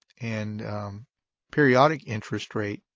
and periodic interest rate,